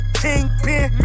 kingpin